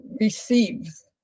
receives